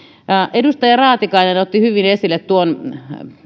edustaja raatikainen otti hyvin esille tuon